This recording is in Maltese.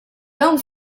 dawn